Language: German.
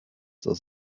zur